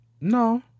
No